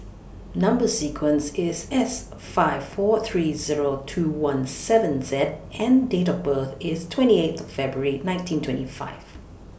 Number sequence IS S five four three Zero two one seven Z and Date of birth IS twenty eighth February nineteen twenty five